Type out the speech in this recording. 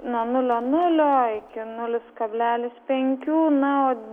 nuo nulio nulio iki nulis kablelis penkių na o